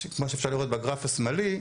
שכמו שאפשר לראות בגרף השמאלי,